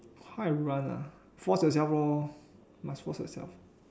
how I run ah force yourself lor must force yourself